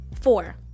Four